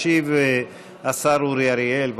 ישיב השר אורי אריאל.